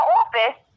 office